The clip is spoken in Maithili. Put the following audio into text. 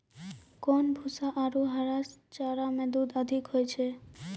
कोन भूसा आरु हरा चारा मे दूध अधिक होय छै?